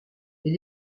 les